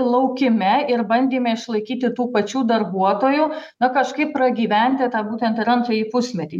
laukime ir bandyme išlaikyti tų pačių darbuotojų na kažkaip pragyventi tą būtent ir antrąjį pusmetį